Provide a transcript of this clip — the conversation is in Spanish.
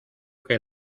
que